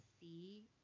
see